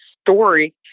story